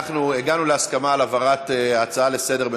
אנחנו הגענו להסכמה על העברת ההצעה לסדר-היום